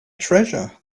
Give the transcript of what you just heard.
treasure